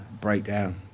Breakdown